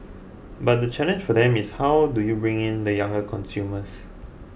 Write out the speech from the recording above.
but the challenge for them is how do you bring in the younger consumers